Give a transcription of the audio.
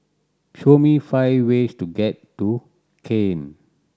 show me five ways to get to Cayenne